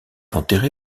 enterré